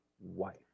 wife